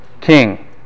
king